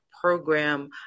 program